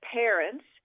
parents